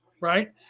right